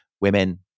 women